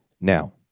now